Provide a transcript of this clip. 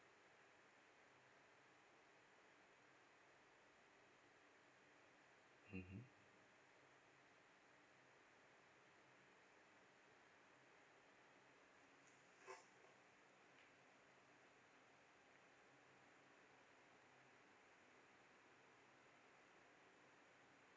mmhmm